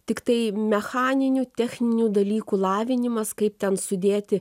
tiktai mechaninių techninių dalykų lavinimas kaip ten sudėti